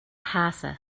hasse